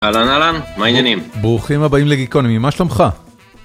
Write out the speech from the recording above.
אהלן אהלן, מה העניינים? ברוכים הבאים לגיקונומי, ממה שלומך?